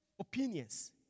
Opinions